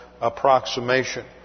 approximation